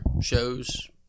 shows